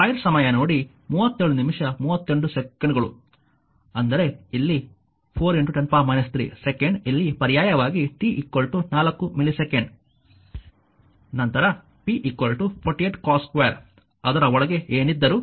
ಅಂದರೆ ಇಲ್ಲಿ 4 10 3 ಸೆಕೆಂಡ್ ಇಲ್ಲಿ ಪರ್ಯಾಯವಾಗಿ t 4 ಮಿಲಿಸೆಕೆಂಡ್ ನಂತರ p 48 cos 2 ಅದರ ಒಳಗೆ ಏನಿದ್ದರೂ ನೀವು p 4